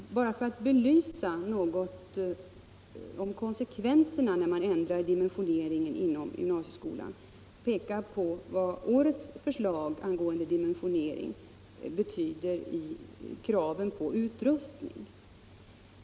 Bara för att något belysa konsekvenserna av en ändring av dimensioneringen inom gymnasieskolan vill jag peka på vad årets förslag angående dimensioneringen betyder när. det gäller kraven på utrustning.